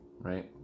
right